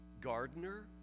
gardener